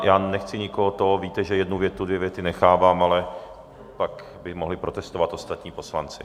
Já nechci nikoho víte, že jednu větu, dvě věty nechávám, ale pak by mohli protestovat ostatní poslanci.